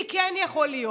מי כן יכול להיות?